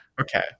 Okay